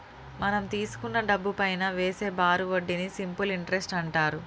మనం తీసుకున్న డబ్బుపైనా వేసే బారు వడ్డీని సింపుల్ ఇంటరెస్ట్ అంటారు